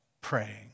praying